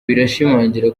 birashimangira